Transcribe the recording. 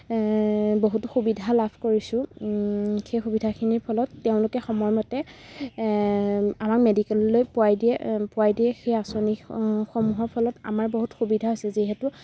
বহুতো সুবিধা লাভ কৰিছোঁ সেই সুবিধাখিনিৰ ফলত তেওঁলোকে সময়মতে আমাক মেডিকেললৈ পোৱাই দিয়ে পোৱাই দিয়ে সেই আঁচনি সমূহৰ ফলত আমাৰ বহুত সুবিধা আছে যিহেতু